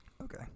okay